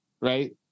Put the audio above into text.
Right